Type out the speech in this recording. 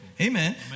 Amen